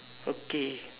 okay